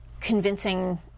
convincing